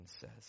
says